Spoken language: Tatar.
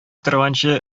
торганчы